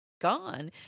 gone